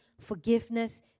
forgiveness